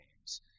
games